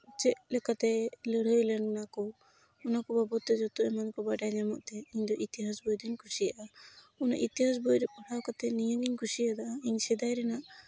ᱪᱮᱫ ᱞᱮᱠᱟᱛᱮᱭ ᱞᱟᱹᱲᱦᱟᱹᱭ ᱞᱮᱱᱟ ᱠᱚ ᱚᱱᱟ ᱠᱚ ᱵᱟᱵᱚᱫᱛᱮ ᱡᱚᱛᱚ ᱮᱢᱟᱱ ᱵᱟᱰᱟᱭ ᱧᱟᱢᱚᱜ ᱛᱟᱦᱮᱸᱫ ᱤᱧᱫᱚ ᱤᱛᱤᱦᱟᱥ ᱵᱳᱭ ᱫᱚᱧ ᱠᱩᱥᱤᱭᱟᱜᱼᱟ ᱱᱚᱣᱟ ᱤᱛᱤᱦᱟᱥ ᱵᱚᱭ ᱨᱮ ᱯᱟᱲᱦᱟᱣ ᱠᱟᱛᱮᱫ ᱱᱤᱭᱟᱹᱜᱤᱧ ᱠᱩᱥᱤᱭᱟᱫᱟ ᱤᱧ ᱥᱮᱫᱟᱭ ᱨᱮᱱᱟᱜ